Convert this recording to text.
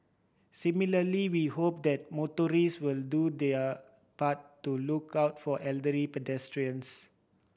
similarly we hope that motorist will do their part to look out for elderly pedestrians